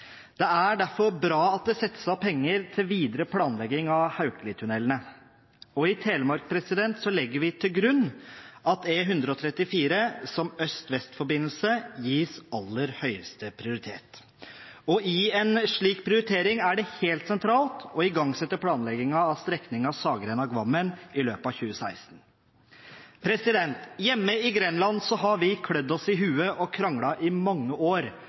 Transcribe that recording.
derfor bra at det settes av penger til videre planlegging av Haukelitunnelene, og i Telemark legger vi til grunn at E134 som øst–vest-forbindelse gis aller høyeste prioritet. I en slik prioritering er det helt sentralt å igangsette planleggingen av strekningen Saggrenda–Gvammen i løpet av 2016. Hjemme i Grenland har vi klødd oss i hodet og kranglet i mange år